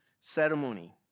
ceremony